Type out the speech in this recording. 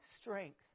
strength